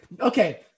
Okay